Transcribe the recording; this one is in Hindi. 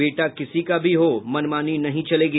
बेटा किसी का भी हो मनमानी नहीं चलेगी